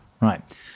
Right